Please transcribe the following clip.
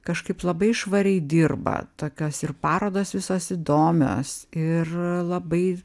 kažkaip labai švariai dirba tokios ir parodos visos įdomios ir labai